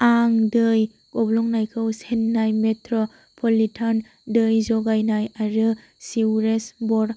आं दै गब्लंनायखौ चेन्नाय मेट्र'पलिटान दै जगायनाय आरो सिउरेस बर्डआव